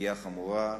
פגיעה חמורה,